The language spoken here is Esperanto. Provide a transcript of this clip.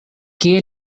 kie